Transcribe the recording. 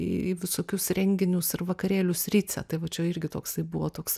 į į visokius renginius ir vakarėlius rice tai va čia irgi toksai buvo toks